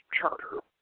charter